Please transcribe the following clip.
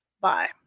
Bye